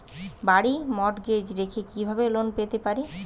বাড়ি মর্টগেজ রেখে কিভাবে লোন পেতে পারি?